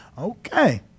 Okay